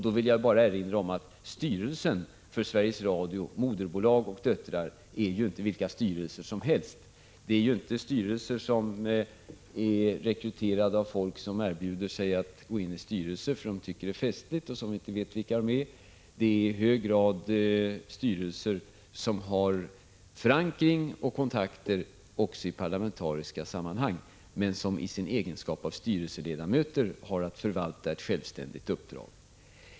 Jag vill bara erinra om att styrelserna för Sveriges Radio, moderbolag och dotterbolag, inte är vilka 25 Prot. 1985/86:160 styrelser som helst. Till dessa styrelser har inte rekryterats personer som 3 juni 1986 erbjudit sig att gå in i en styrelse för att de tycker att det är festligt och som Tom ooBm RR oo maninte vet vilka de är, utan här är det i hög grad fråga om styrelseledamöter som har förankring och kontakt också i parlamentariska sammanhang men som i sin egenskap av styrelseledamöter har att förvalta ett självständigt uppdrag.